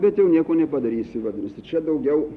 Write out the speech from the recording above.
bet jau nieko nepadarysi vadinasi čia daugiau